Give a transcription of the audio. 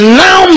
now